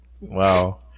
Wow